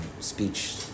speech